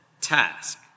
task